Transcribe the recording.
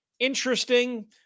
Interesting